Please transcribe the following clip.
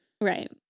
Right